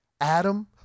Adam